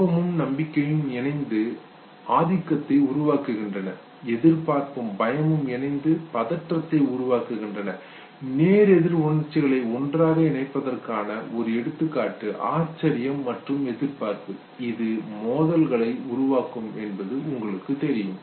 கோபமும் நம்பிக்கையும் இணைந்து ஆதிக்கத்தை உருவாக்குகின்றன எதிர்பார்ப்பும் பயமும் இணைந்து பதற்றத்தை உருவாக்குகின்றன எதிரெதிர் உணர்ச்சிகளை ஒன்றாக இணைப்பதற்கான ஒரு எடுத்துக்காட்டு ஆச்சரியம் மற்றும் எதிர்பார்ப்பு இது மோதல்களை உருவாக்கும் என்பது உங்களுக்கு தெரியும்